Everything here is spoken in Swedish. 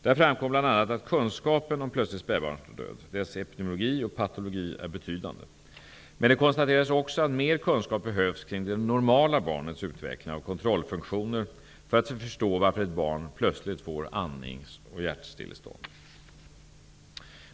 Där framkom bl.a. att kunskapen om plötslig spädbarnsdöd, dess epidemiologi och patologi, är betydande. Men det konstaterades också att mer kunskap behövs kring det ''normala'' barnets utveckling av kontrollfunktioner, för att förstå varför ett barn plötsligt får andnings och hjärtstillestånd.